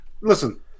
Listen